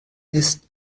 ist